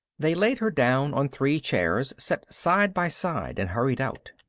they laid her down on three chairs set side by side and hurried out.